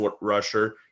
rusher